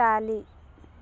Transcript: Italy